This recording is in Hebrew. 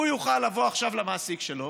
הוא יוכל לבוא עכשיו למעסיק שלו